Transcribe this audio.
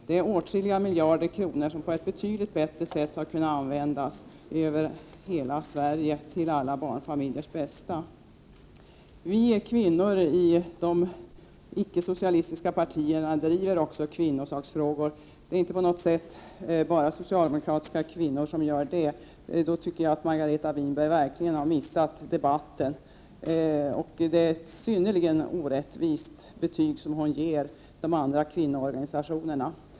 Det är åtskilliga miljarder kronor som skulle kunna användas på ett betydligt bättre sätt över hela Sverige till alla barnfamiljers bästa. Vi kvinnor i de icke-socialistiska partierna driver också kvinnosaksfrågor. Det är inte på något sätt bara socialdemokratiska kvinnor som gör det. Jag tycker att Margareta Winberg verkligen har missat debatten. Det är ett synnerligen orättvist betyg hon ger de andra kvinnoorganisationerna.